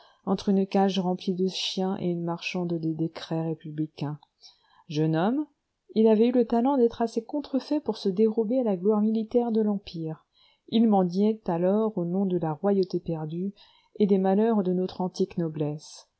entre une cage remplie de chiens et une marchande de décrets républicains jeune homme il avait eu le talent d'être assez contrefait pour se dérober à la gloire militaire de l'empire il mendiait alors au nom de la royauté perdue et des malheurs de notre antique noblesse